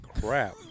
crap